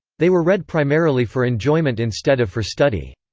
they were read primarily for enjoyment instead of for study.